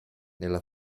nella